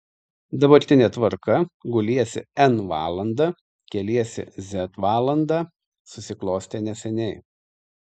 dabartinė tvarka guliesi n valandą keliesi z valandą susiklostė neseniai